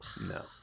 No